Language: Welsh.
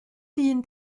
dyn